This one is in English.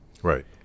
Right